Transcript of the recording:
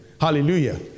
Hallelujah